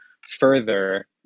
further